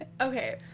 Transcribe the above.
Okay